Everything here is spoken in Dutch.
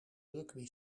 rugby